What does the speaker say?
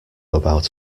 about